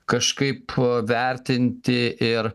kažkaip vertinti ir